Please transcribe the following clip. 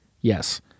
yes